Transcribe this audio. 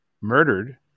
murdered